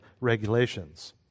regulations